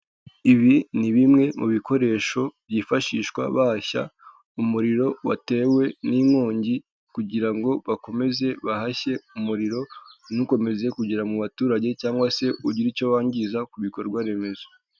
Ibi ni bimwe mu bikoresho byifashishwa bahashya umuriro watewe n'inkongi kugira ngo bakomeze bahashye umuriro ntukomeze kugera mu baturage cyangwa se ugire icyo wangiza ku bikorwa remezo.